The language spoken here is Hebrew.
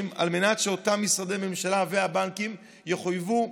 על מנת שאותם משרדי ממשלה והבנקים יחויבו